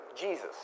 Jesus